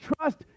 trust